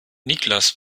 niklas